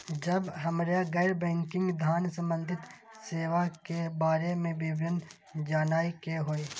जब हमरा गैर बैंकिंग धान संबंधी सेवा के बारे में विवरण जानय के होय?